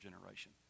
generation